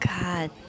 God